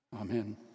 Amen